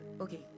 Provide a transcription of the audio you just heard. Okay